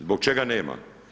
Zbog čega nema?